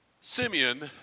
Simeon